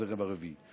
הזרם הרביעי.